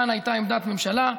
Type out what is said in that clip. כאן הייתה עמדת ממשלה,